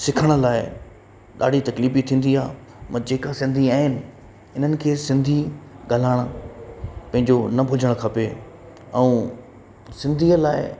सिखण लाइ ॾाढी तकलीफ़ बि थींदी आहे म जेका सिंधी आहिनि इन्हनि खे सिंधी ॻाल्हाइणु पंहिंजो न भुलिजणु खपे ऐं सिंधीअ लाइ